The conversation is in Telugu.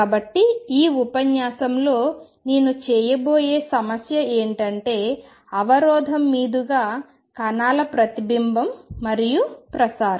కాబట్టి ఈ ఉపన్యాసంలో నేను చేయబోయే సమస్య ఏమిటంటే అవరోధం మీదుగా కణాల ప్రతిబింబం మరియు ప్రసారం